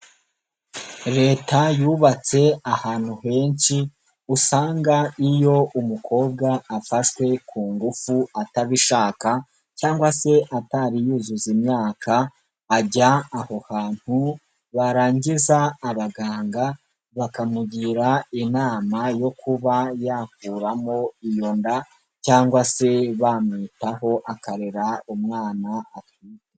Leta yubatse ahantu henshi usanga iyo umukobwa afashwe ku ngufu atabishaka cyangwa se atari yuzuza imyaka, ajya aho hantu barangiza abaganga bakamugira inama yo kuba yakuramo iyo nda cyangwa se bamwitaho akarera umwana atwite.